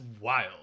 wild